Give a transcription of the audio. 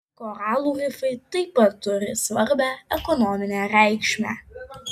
koralų rifai taip pat turi svarbią ekonominę reikšmę